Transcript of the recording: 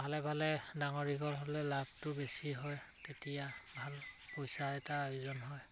ভালে ভালে ডাঙৰ দীঘল হ'লে লাভটো বেছি হয় তেতিয়া ভাল পইচা এটা আয়োজন হয়